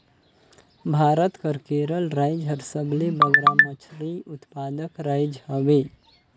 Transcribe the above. भारत कर केरल राएज हर सबले बगरा मछरी उत्पादक राएज हवे